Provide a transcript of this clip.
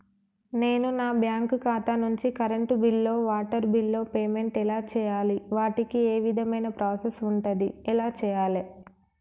నేను నా బ్యాంకు ఖాతా నుంచి కరెంట్ బిల్లో వాటర్ బిల్లో పేమెంట్ ఎలా చేయాలి? వాటికి ఏ విధమైన ప్రాసెస్ ఉంటది? ఎలా చేయాలే?